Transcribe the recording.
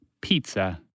pizza